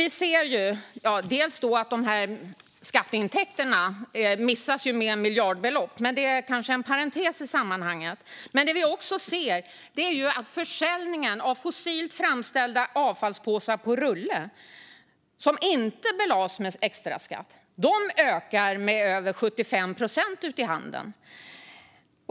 Vi ser nu att skatteintäkterna missas med miljardbelopp, men det är kanske en parentes i sammanhanget. Det vi också ser är att försäljningen av fossilt framställda avfallspåsar på rulle som inte har belagts med extraskatt har ökat med över 75 procent i handeln.